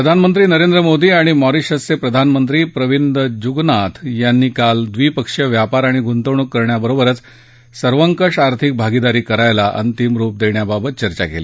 प्रधानमंत्री नरेंद्र मोदी आणि मॉरिशसचे प्रधानमंत्री प्रविंद जुगनाथ यांनी काल व्विपक्षीय व्यापार आणि गृंतवणूक करण्याबरोबरच सर्वंकष आर्थिक भागिदारी करायला अंतिम रुप देण्याबाबत चर्चा केली